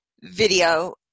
video